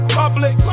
public